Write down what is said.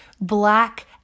black